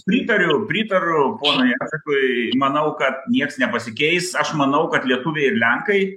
pritariu pritariu ponui jacekui manau kad nieks nepasikeis aš manau kad lietuviai ir lenkai